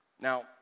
Now